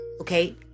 Okay